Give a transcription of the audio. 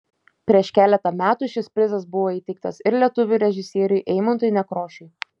prieš keletą metų šis prizas buvo įteiktas ir lietuvių režisieriui eimuntui nekrošiui